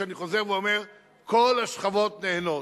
ואני חוזר ואומר שכל השכבות נהנות.